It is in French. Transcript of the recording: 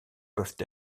peuvent